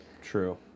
True